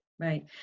right